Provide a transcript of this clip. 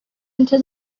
into